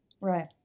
Right